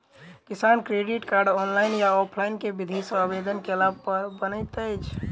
किसान credit card, online या offline केँ विधि सँ आवेदन कैला पर बनैत अछि?